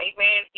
Amen